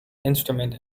instrument